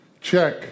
Check